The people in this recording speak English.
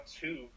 two